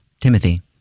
Timothy